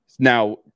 now